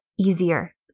Easier